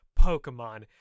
Pokemon